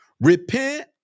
repent